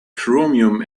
chromium